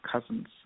cousins